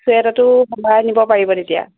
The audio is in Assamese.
চুৱেটাৰটো সলাই নিব পাৰিব তেতিয়া